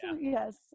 yes